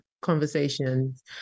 conversations